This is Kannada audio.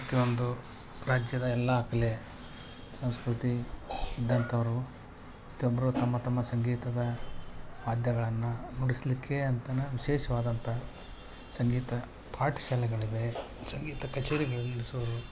ಪ್ರತಿಯೊಂದು ರಾಜ್ಯದ ಎಲ್ಲ ಕಲೆ ಸಂಸ್ಕೃತಿ ಇದ್ದಂಥವರು ಪ್ರತಿಯೊಬ್ರು ತಮ್ಮ ತಮ್ಮ ಸಂಗೀತದ ವಾದ್ಯಗಳನ್ನು ನುಡಿಸಲಿಕ್ಕೆ ಅಂತನೇ ವಿಶೇಷವಾದಂಥ ಸಂಗೀತ ಪಾಠಶಾಲೆಗಳಿವೆ ಸಂಗೀತ ಕಚೇರಿಗಳು ನಡೆಸೋರು